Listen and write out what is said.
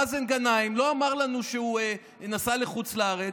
מאזן גנאים לא אמר לנו שהוא נסע לחוץ לארץ,